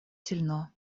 сильно